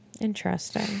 Interesting